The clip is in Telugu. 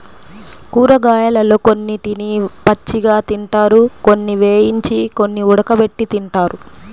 కూరగాయలలో కొన్నిటిని పచ్చిగా తింటారు, కొన్ని వేయించి, కొన్ని ఉడకబెట్టి తింటారు